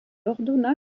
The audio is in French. ordonna